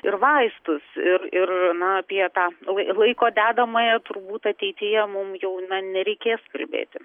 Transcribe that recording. ir vaistus ir ir na apie tą lai laiko dedamąją turbūt ateityje mum jau na nereikės kalbėti